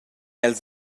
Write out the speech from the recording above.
els